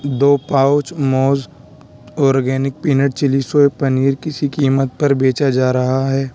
دو pouch موز organic پینٹ chilli سوئے پنیر کسی قیمت پر بیچا جا رہا ہے